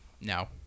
No